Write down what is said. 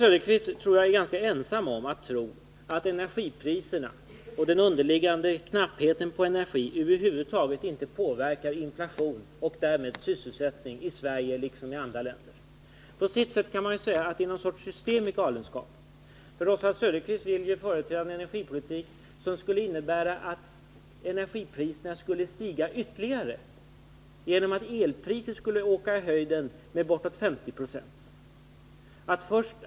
Jag tror att Oswald Söderqvist är ganska ensam om att tro att energipriserna och den underliggande knappheten på energi över huvud taget inte påverkar inflationen och därmed sysselsättningen i Sverige liksom i andra länder. På sitt sätt kan man säga att det är någon sorts system i galenskapen. Oswald Söderqvist vill ju ha en energipolitik som skulle innebära att energipriserna skulle stiga ytterligare genom att elpriset skulle åka i höjden med bortåt 50 26.